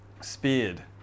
speared